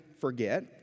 forget